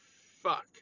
Fuck